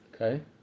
Okay